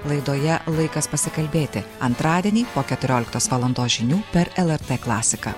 laidoje laikas pasikalbėti antradienį po keturioliktos valandos žinių per lrt klasiką